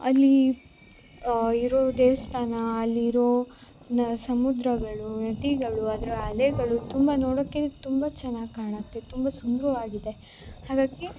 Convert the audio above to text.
ಅಲ್ಲಿ ಇರೋ ದೇವಸ್ಥಾನ ಅಲ್ಲಿರೋ ನ ಸಮುದ್ರಗಳು ನದಿಗಳು ಅದ್ರ ಅಲೆಗಳು ತುಂಬ ನೋಡೋಕೆ ತುಂಬ ಚೆನ್ನಾಗ್ ಕಾಣುತ್ತೆ ತುಂಬ ಸುಂದರವಾಗಿದೆ ಹಾಗಾಗಿ